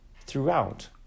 throughout